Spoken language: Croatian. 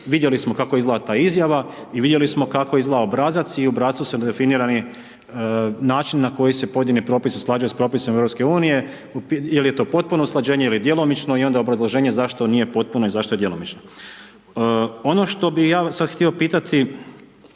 vidjeli smo kako izgleda ta izjava i vidjeli smo kako izgleda obrazac i u obrascu su definirani načini na koji se pojedini propis usklađuje sa propisom EU, je li to potpuno usklađenje ili djelomično i onda obrazloženje zašto nije potpuno i zašto je djelomično. Ono što bih ja sad htio pitati